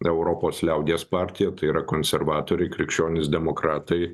europos liaudies partija tai yra konservatoriai krikščionys demokratai